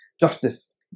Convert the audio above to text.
justice